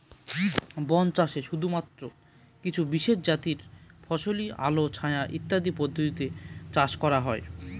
বন চাষে শুধুমাত্র কিছু বিশেষজাতীয় ফসলই আলো ছায়া ইত্যাদি পদ্ধতিতে চাষ করা হয়